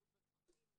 זהירות בדרכים,